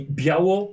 biało